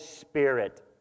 Spirit